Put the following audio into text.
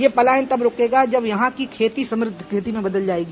ये पलायन तब रूकेगा जब यहां कि खेती समर्थ खेती में बदल जायेगी